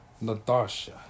Natasha